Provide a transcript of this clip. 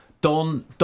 Don